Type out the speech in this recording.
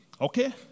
Okay